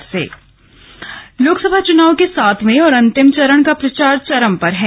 लोकसभा चुनाव लोकसभा चुनाव के सातवें और अंतिम चरण का प्रचार चरम पर है